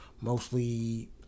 mostly